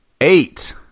Eight